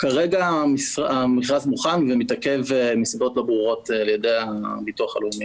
כרגע המכרז מוכן ומתעכב מסיבות לא ברורות על ידי הביטוח הלאומי.